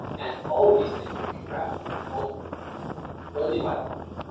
and all these things can be grasped ultimately only by the mind.